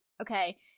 okay